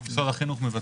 זה מתחלק לשני